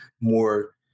more